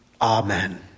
Amen